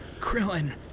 Krillin